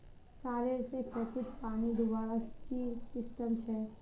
Solar से खेतोत पानी दुबार की सिस्टम छे?